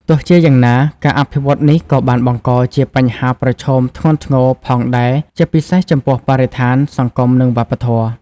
ទោះជាយ៉ាងណា ការអភិវឌ្ឍនេះក៏បានបង្កជា បញ្ហាប្រឈមធ្ងន់ធ្ងរ ផងដែរ ជាពិសេសចំពោះបរិស្ថាន សង្គម និងវប្បធម៌។